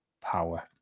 power